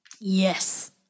Yes